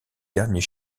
dernier